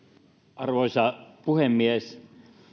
arvoisa puhemies